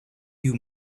you